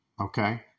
okay